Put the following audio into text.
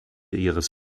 ihres